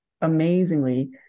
amazingly